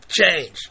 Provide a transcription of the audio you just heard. change